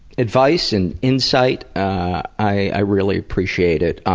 advice and insight, i really appreciate it.